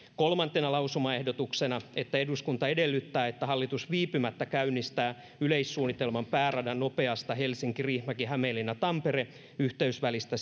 kolmantena lausumaehdotuksena eduskunta edellyttää että hallitus viipymättä käynnistää yleissuunnitelman pääradan nopeasta helsinki riihimäki hämeenlinna tampere yhteysvälistä